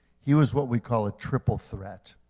he was what we call a triple threat.